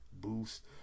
boost